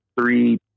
three